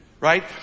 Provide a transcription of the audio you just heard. Right